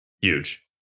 huge